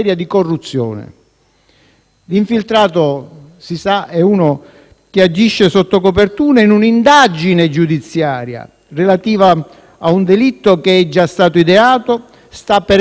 L'infiltrato - si sa - è uno che agisce sotto copertura in un'indagine giudiziaria relativa a un delitto che è già stato ideato e sta per essere commesso.